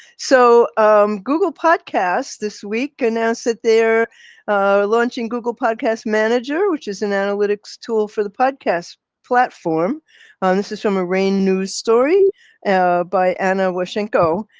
so um google podcasts this week announced that they're launching google podcasts manager, which is an analytics tool for the podcast platform. and this is from a rain news story by anna washenko.